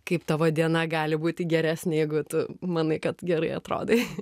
kaip tavo diena gali būti geresnė jeigu tu manai kad gerai atrodai